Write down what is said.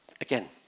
again